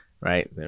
right